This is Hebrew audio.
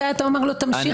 מתי אתה אומר לו תמשיך?